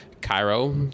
Cairo